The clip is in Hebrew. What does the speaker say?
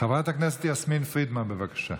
חברת הכנסת יסמין פרידמן, בבקשה.